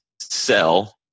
sell